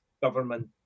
government